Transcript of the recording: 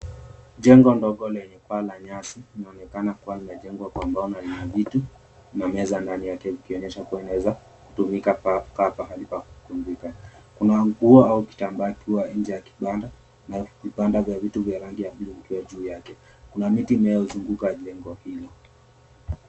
Jengo ndogo lenye paa la nyasi linaonekana kuwa limejengwa kwa mbao na lina vitu na meza ndani yake kuonyesha kuwa inaweza kutumika kama pahali pa kupumzika. Kuna nguo au kitambaa ikiwa nje ya kibanda na vibanda vya vitu vya rangi ya buluu ikiwa juu yake. Kuna miti iliyozungua jengo.